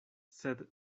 sed